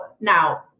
now